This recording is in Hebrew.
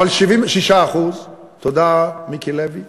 אבל 6%. 6%. תודה, מיקי לוי.